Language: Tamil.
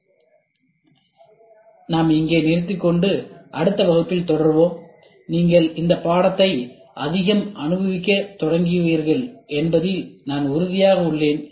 எனவே நாம் இங்கே நிறுத்திக் கொண்டு அடுத்த வகுப்பில் தொடருவோம் நீங்கள் இந்த பாடத்திட்டத்தை அதிகம் அனுபவிக்கத் தொடங்குவீர்கள் என்பதில் நான் உறுதியாக உள்ளேன் மேலும் சில தயாரிப்புகளுக்கு சிறிய தேவை பகுப்பாய்வாக செய்யுமாறு கேட்டுக்கொள்கிறேன்